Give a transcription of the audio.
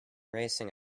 racing